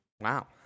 wow